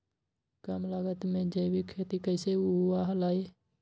कम लागत में जैविक खेती कैसे हुआ लाई?